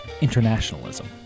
internationalism